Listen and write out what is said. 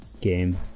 game